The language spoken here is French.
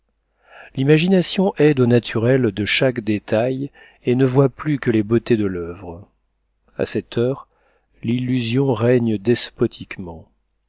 l'imagination aide au naturel de chaque détail et ne voit plus que les beautés de l'oeuvre a cette heure l'illusion règne despotiquement